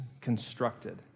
constructed